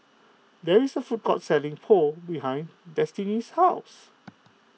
there is a food court selling Pho behind Destini's house